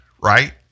right